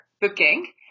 booking